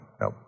no